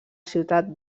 ciutat